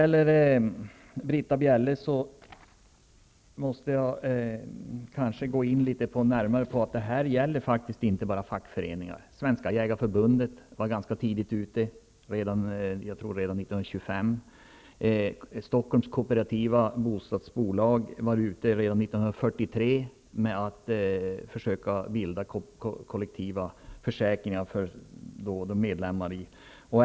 Till Britta Bjelle vill jag säga att det här faktiskt inte bara gäller fackföreningar. Svenska Jägareförbundet var ganska tidigt ute -- jag tror att det var redan 1925. Stockholms Kooperativa Bostadsförening försökte redan 1943 att införa kollektiva försäkringar för sina medlemmar.